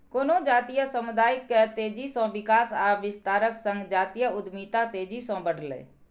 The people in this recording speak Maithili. कोनो जातीय समुदाय के तेजी सं विकास आ विस्तारक संग जातीय उद्यमिता तेजी सं बढ़लैए